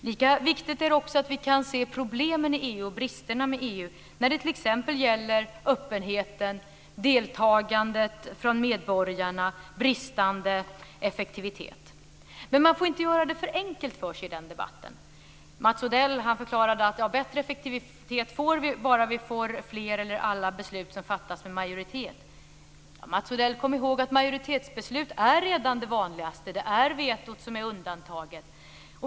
Lika viktigt är det att vi kan se problemen i EU och bristerna med EU när det t.ex. gäller öppenheten, deltagandet från medborgarna, bristande effektivitet. Men man får inte göra det för enkelt för sig i den debatten. Mats Odell förklarade att bättre effektivitet får vi bara vi får fler eller alla beslut som fattas med majoritet. Kom ihåg, Mats Odell, att majoritetsbeslut är redan det vanligaste, det är vetot som är undantaget.